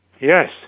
Yes